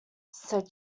said